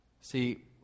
See